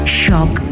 shock